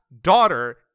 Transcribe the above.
daughter